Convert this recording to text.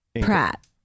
Pratt